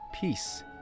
peace